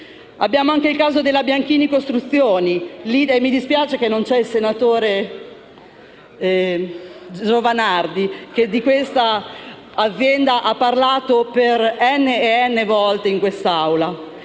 Abbiamo anche il caso della Bianchini costruzioni - e mi dispiace che non vi sia il senatore Giovanardi, che di questa azienda ha parlato innumerevoli volte in quest'Assemblea